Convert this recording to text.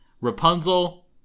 Rapunzel